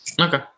Okay